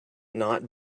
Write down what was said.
not